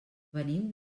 venim